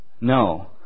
No